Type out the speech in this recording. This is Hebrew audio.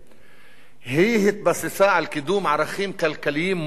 היא התבססה על קידום ערכים כלכליים מוחלטים לטובת